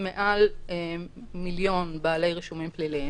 מעל מיליון בעלי רישומים פליליים,